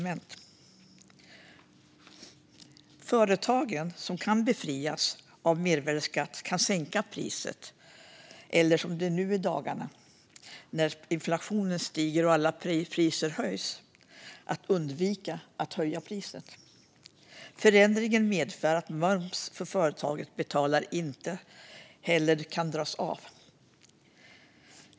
De företag som befrias från mervärdesskatt kan sänka priset eller, nu i dagarna när inflationen stiger och alla priser höjs, undvika att höja priset. Förändringen medför att moms som företaget betalar inte heller kan dras av.